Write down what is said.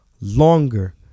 longer